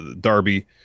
Darby